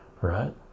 Right